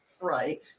Right